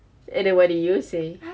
and then what did you say